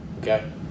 Okay